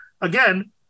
again